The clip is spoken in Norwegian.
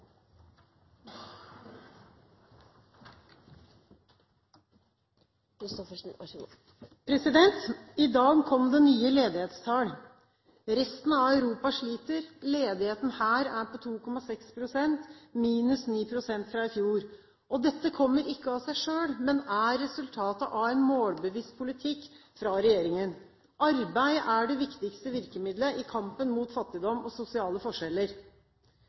forbli i den. Så vi har mye igjen å gjøre. I dag kom det nye ledighetstall. Resten av Europa sliter. Ledigheten her er på 2,6 pst. minus 9 pst. fra i fjor. Dette kommer ikke av seg selv, men er resultatet av en målbevisst politikk fra regjeringen. Arbeid er det viktigste virkemiddelet i kampen mot fattigdom og sosiale